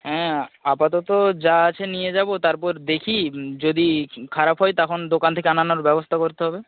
হ্যাঁ আপাতত যা আছে নিয়ে যাব তারপর দেখি যদি খারাপ হয় তখন দোকান থেকে আনানোর ব্যবস্থা করতে হবে